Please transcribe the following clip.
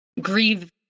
grieve